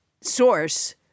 source